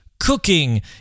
Cooking